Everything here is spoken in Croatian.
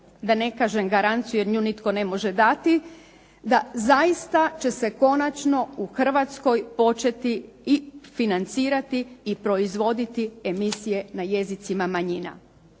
da ne kažem garanciju jer nju nitko ne može dati da zaista će se konačno u Hrvatskoj početi i financirati i proizvoditi emisije na jezicima manjina.